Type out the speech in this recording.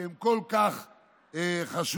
שהם כל כך חשובים.